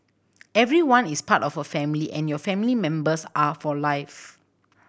everyone is part of a family and your family members are for life